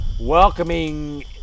welcoming